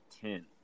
ten